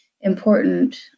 important